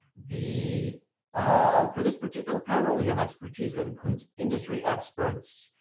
the for this particular panel we have expertise that includes industry experts,